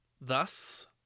Thus